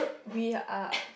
we are